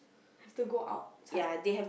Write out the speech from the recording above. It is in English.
have to go outside